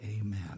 amen